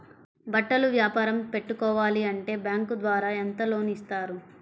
బట్టలు వ్యాపారం పెట్టుకోవాలి అంటే బ్యాంకు ద్వారా ఎంత లోన్ ఇస్తారు?